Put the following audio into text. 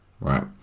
right